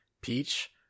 Peach